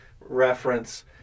reference